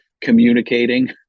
communicating